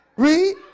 Read